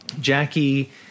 Jackie